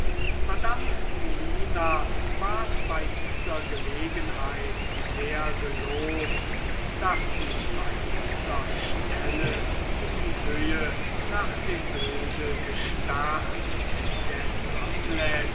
madame melina ward bei dieser gelegenheit sehr gelobt daß sie bei dieser stelle in die höhe nach dem bilde gestarrt indes